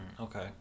okay